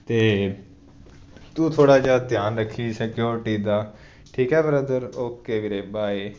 ਤਾਂ ਤੂੰ ਥੋੜ੍ਹਾ ਜਿਹਾ ਧਿਆਨ ਰੱਖੀਂ ਸਕਿਉਰਟੀ ਦਾ ਠੀਕ ਹੈ ਬਰਦਰ ਓਕੇ ਵੀਰੇ ਬਾਏ